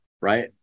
right